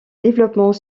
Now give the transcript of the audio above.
développement